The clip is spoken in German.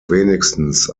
wenigstens